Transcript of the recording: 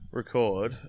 record